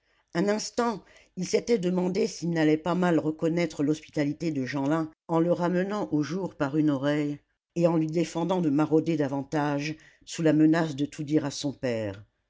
un instant il s'était demandé s'il n'allait pas mal reconnaître l'hospitalité de jeanlin en le ramenant au jour par une oreille et en lui défendant de marauder davantage sous la menace de tout dire à son père